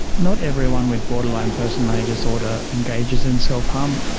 not everyone with borderline personality disorder engages in self-harm,